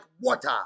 water